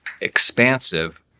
expansive